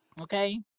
Okay